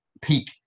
peak